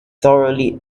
thoroughly